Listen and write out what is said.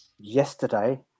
yesterday